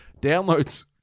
downloads